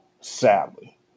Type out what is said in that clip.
Sadly